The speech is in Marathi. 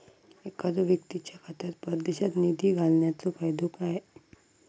एखादो व्यक्तीच्या खात्यात परदेशात निधी घालन्याचो फायदो काय?